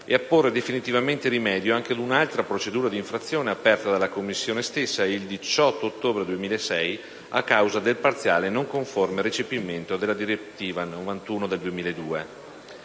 e a porre definitivamente rimedio anche ad un'altra procedura d'infrazione aperta dalla stessa Commissione il 18 ottobre 2006, a causa del parziale e non conforme recepimento della direttiva n. 91 del 2002.